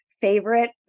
favorite